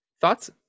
thoughts